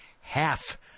half